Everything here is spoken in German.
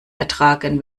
ertragen